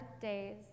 days